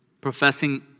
professing